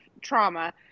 trauma